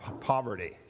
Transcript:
poverty